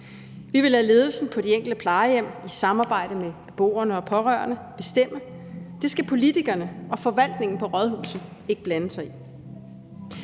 Vi vil lade ledelsen på de enkelte plejehjem i samarbejde med både beboerne og pårørende bestemme. Det skal politikerne og forvaltningen på rådhuset ikke blande sig i.